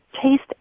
taste